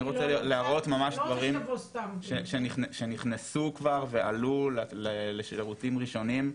אני רוצה להראות ממש דברים שנכנסו כבר ועלו לשירותים הראשונים.